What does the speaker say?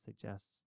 suggests